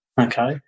okay